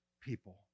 people